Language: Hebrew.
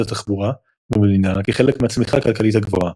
התחבורה במדינה כחלק מהצמיחה הכלכלית הגבוהה.